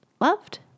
loved